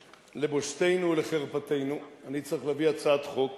לבושתנו ולחרפתנו אני צריך להביא הצעת חוק